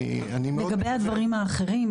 לגבי הדברים האחרים,